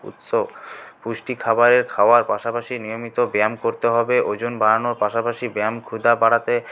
উৎস পুষ্টি খাবারের খাওয়ার পাশাপাশি নিয়মিত ব্যায়াম করতে হবে ওজন বাড়ানোর পাশাপাশি ব্যায়াম খিদে বাড়াতে